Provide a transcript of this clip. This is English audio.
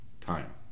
time